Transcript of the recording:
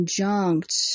conjunct